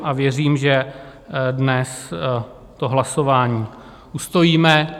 A věřím, že dnes to hlasování ustojíme.